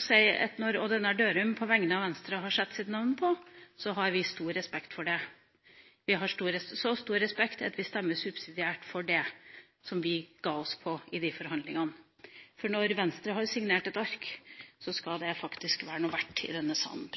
si at når Odd Einar Dørum på vegne av Venstre har satt sitt navn på, har vi stor respekt for det. Vi har så stor respekt at vi stemmer subsidiært for det som vi ga oss på i de forhandlingene. For når Venstre har signert et ark, skal det faktisk være noe verdt i denne salen.